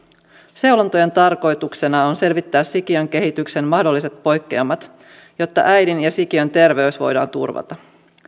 seulontojen tarkoituksena on selvittää sikiön kehityksen mahdolliset poikkeamat jotta äidin ja sikiön terveys voidaan turvata